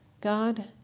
God